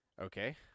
okay